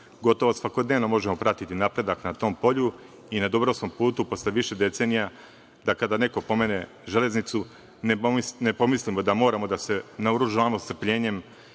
Gotovo, svakodnevno možemo pratiti napredak na tom polju i dobrom smo putu posle više decenija, da kada neko pomene železnicu, ne pomislimo da moramo da se naoružamo strpljenjem